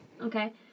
Okay